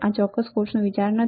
આ ચોક્કસ કોર્સનો વિચાર નથી